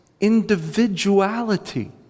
individuality